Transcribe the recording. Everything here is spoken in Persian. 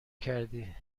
کردی